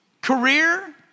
Career